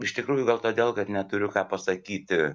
iš tikrųjų gal todėl kad neturiu ką pasakyti